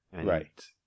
Right